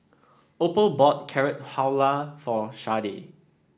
Opal bought Carrot Halwa for Sharde